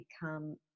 become